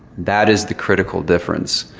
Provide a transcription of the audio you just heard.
that is the critical difference.